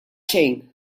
xejn